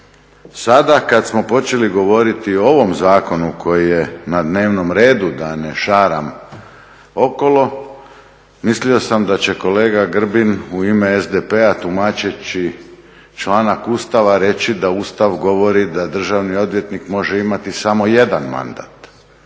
Sada kad smo počeli govoriti o ovom zakonu koji je na dnevnom redu, da ne šaram okolo, mislio sam da će kolega Grbin u ime SDP-a tumačeći članak Ustava reći da Ustav govori da državni odvjetnik može imati samo jedan mandat,